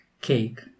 cake